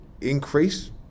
increase